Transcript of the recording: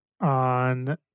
on